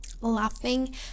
Laughing